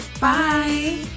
bye